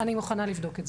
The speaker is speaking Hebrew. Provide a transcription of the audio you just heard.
אני מוכנה לבדוק את זה.